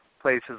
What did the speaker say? places